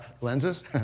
lenses